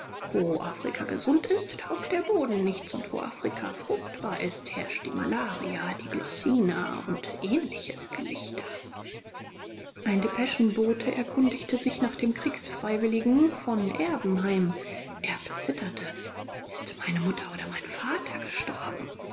wo afrika gesund ist taugt der boden nichts und wo afrika fruchtbar ist herrscht die malaria die glossina und ähnliches gelichter ein depeschenbote erkundigte sich nach dem kriegsfreiwilligen von erbenheim erb zitterte ist meine mutter oder mein vater gestorben